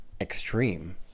extreme